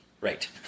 Right